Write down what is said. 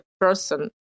person